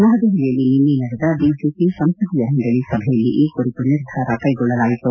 ನವದೆಹಲಿಯಲ್ಲಿ ನಿನ್ನೆ ನಡೆದ ಬಿಜೆಪಿ ಸಂಸದೀಯ ಮಂಡಳಿ ಸಭೆಯಲ್ಲಿ ಈ ಕುರಿತು ನಿರ್ಧಾರ ಕೈಗೊಳ್ಳಲಾಯಿತು